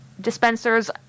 dispensers